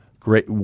Great